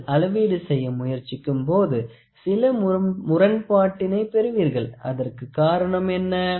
நீங்கள் அளவீடு செய்ய முயற்சிக்கும்போது சில முரண்பாட்டினை பெறுவீர்கள் அதற்கு காரணம் என்ன